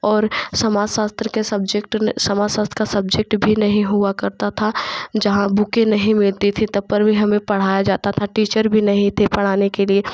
और समाजशास्त्र के सब्जेक्ट ने समजशस्त्र का सब्जेक्ट भी नहीं हुआ करता था जहाँ बुकें नहीं मिलती थी तब पर भी हमें पढ़ाया जाता था टीचर भी नहीं थे पढ़ाने के लिए